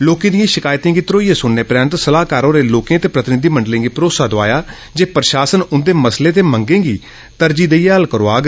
लोकें दिएं शिकायतें गी तरोइयै सुनने परैंत सलाहकार होरें लोके ते प्रतिनिधिमंडलें गी भरोसा दोआया ते प्रशासन उन्दे मसलें ते मंगें गी तर्जी देइयै हल्ल करोआग